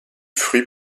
fruits